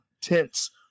tents